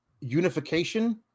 unification